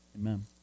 Amen